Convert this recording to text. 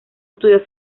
estudió